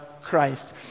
Christ